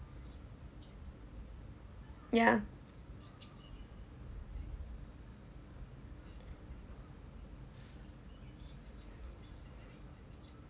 yeah